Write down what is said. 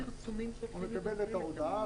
הוא מקבל את ההודעה,